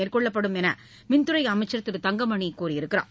மேற்கொள்ளப்படும் என்று மின்துறை அமைச்சர் திரு தங்கமணி கூறியுள்ளார்